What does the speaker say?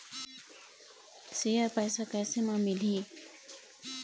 Share पैसा कैसे म मिलही?